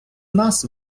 нас